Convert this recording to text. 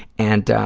and,